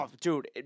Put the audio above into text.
Dude